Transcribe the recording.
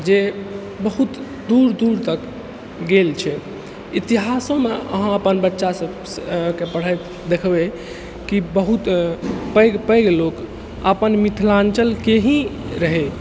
जे बहुत दूर दूरतक गेल छै इतिहासोमे अहाँ अपन बच्चासभके पढ़ाइ देखबै कि बहुत पैघ पैघ लोक अपन मिथिलाञ्चलके ही रहै